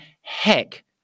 heck